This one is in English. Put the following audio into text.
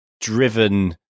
driven